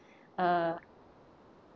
uh